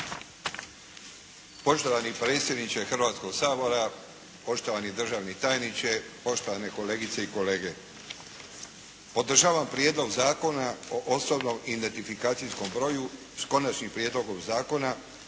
Poštovani predsjedniče Hrvatskoga sabora, poštovani državni tajniče, poštovane kolegice i kolege. Podržavam Prijedlog zakona o osobnom identifikacijskom broju, s Konačnim prijedlogom zakona